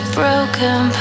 broken